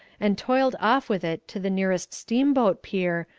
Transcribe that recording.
and toiled off with it to the nearest steamboat pier,